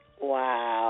Wow